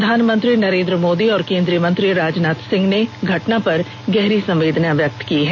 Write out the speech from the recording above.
प्रधानमंत्री नरेंद्र मोदी और केंद्रीय मंत्री राजनाथ सिंह ने इस घटना पर गहरी संवेदना जताई है